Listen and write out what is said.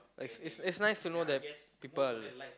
it's it's it's nice to know that people are